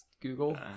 Google